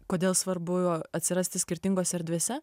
kodėl svarbu jo atsirasti skirtingose erdvėse